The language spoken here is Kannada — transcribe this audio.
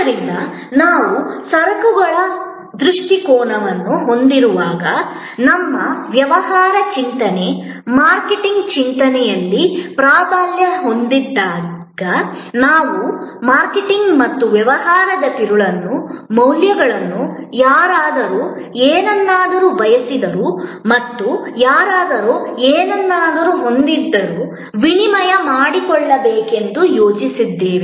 ಆದ್ದರಿಂದ ನಾವು ಸರಕುಗಳ ದೃಷ್ಟಿಕೋನವನ್ನು ಹೊಂದಿರುವಾಗ ನಮ್ಮ ವ್ಯವಹಾರ ಚಿಂತನೆ ಮಾರ್ಕೆಟಿಂಗ್ ಚಿಂತನೆಯಲ್ಲಿ ಪ್ರಾಬಲ್ಯ ಹೊಂದಿದ್ದಾಗ ನಾವು ಮಾರ್ಕೆಟಿಂಗ್ ಮತ್ತು ವ್ಯವಹಾರದ ತಿರುಳನ್ನು ಮೌಲ್ಯಗಳನ್ನು ಯಾರಾದರೂ ಏನನ್ನಾದರೂ ಬಯಸಿದರು ಮತ್ತು ಯಾರಾದರೂ ಏನನ್ನಾದರೂ ಹೊಂದಿದ್ದರು ವಿನಿಮಯ ಮಾಡಿಕೊಳ್ಳಬೇಕೆಂದು ಯೋಚಿಸಿದ್ದೇವೆ